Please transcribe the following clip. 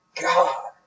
God